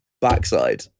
backside